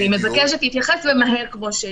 אני מבקשת להתייחס, ומהר, כמו שהנחית.